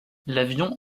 l’avion